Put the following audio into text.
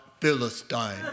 Philistine